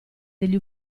degli